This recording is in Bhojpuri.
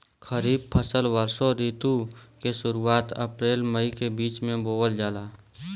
खरीफ फसल वषोॅ ऋतु के शुरुआत, अपृल मई के बीच में बोवल जाला